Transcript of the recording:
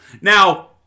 Now